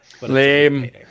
Lame